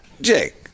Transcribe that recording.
Jake